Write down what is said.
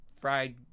fried